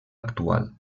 actual